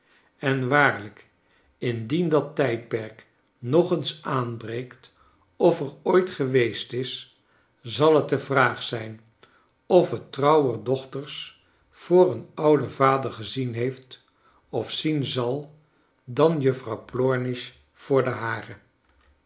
en waarlijk indien dat tijdperk nog eens aanbreekt of er ooit geweest jis zal het de vraag zij n of het tr ouwer dochters voor een ouden vader gezien heeft of zien zal dan juffrouw plornish voor den haren